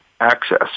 access